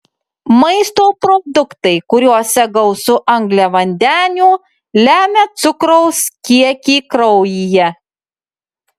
maisto produktai kuriuose gausu angliavandenių lemia cukraus kiekį kraujyje